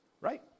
right